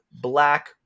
black